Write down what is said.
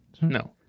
no